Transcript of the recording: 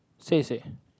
say say